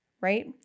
right